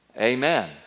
Amen